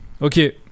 ok